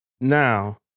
Now